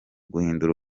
guhindura